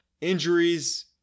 injuries